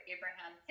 Abraham